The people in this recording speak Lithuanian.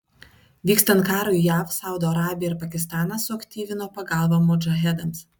vykstant karui jav saudo arabija ir pakistanas suaktyvino pagalbą modžahedams